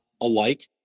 alike